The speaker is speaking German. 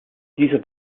dieser